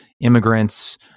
immigrants